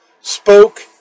spoke